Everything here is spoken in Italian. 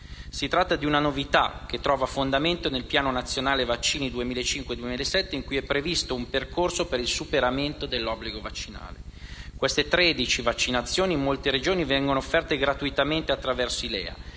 Si tratta di una novità che trova fondamento nel Piano nazionale vaccini 2005-2007, in cui è previsto un percorso per il superamento dell'obbligo vaccinale. Queste tredici vaccinazioni in molte Regioni vengono offerte gratuitamente attraverso i LEA.